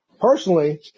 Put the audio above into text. Personally